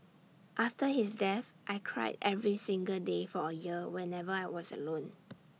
after his death I cried every single day for A year whenever I was alone